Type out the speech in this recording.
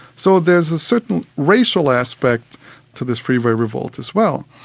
so there's a certain racial aspect to this freeway revolt as well.